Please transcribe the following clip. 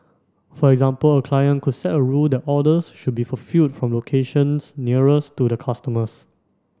for example a client could set a rule that orders should be fulfilled from locations nearest to the customers